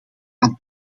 aan